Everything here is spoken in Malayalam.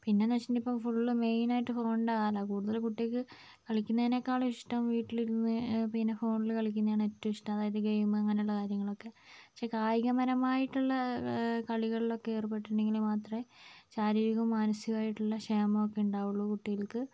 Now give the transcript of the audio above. പിന്നെന്നു വെച്ചിട്ടുണ്ടെങ്കിൽ ഫുള്ളു മെയിനായിട്ടു ഫോണിൻ്റെ കാലമാണ് കൂടുതൽ കുട്ടികൾക്ക് കളിക്കുന്നതിനേക്കാൾ ഇഷ്ടം വീട്ടിലിരുന്ന് പിന്നെ ഫോണിൽ കളിക്കുന്നതാണ് ഏറ്റവും ഇഷ്ടം അതായത് ഗെയിം അങ്ങനെയുള്ള കാര്യങ്ങളൊക്കെ പക്ഷേ കായികപരമായിട്ടുള്ള കളികളിലൊക്കെ ഏർപ്പെട്ടിട്ടുണ്ടെങ്കിൽ മാത്രമേ ശാരീരികവും മാനസികവും ആയിട്ടുള്ള ക്ഷേമമോക്കെ ഉണ്ടാവുള്ളൂ കുട്ടികൾക്ക്